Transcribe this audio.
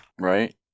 right